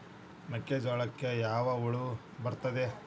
ಮೆಕ್ಕೆಜೋಳಕ್ಕೆ ಯಾವ ಹುಳ ಬರುತ್ತದೆ?